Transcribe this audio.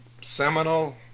seminal